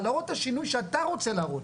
אבל להראות את השינוי שאתה רוצה להראות,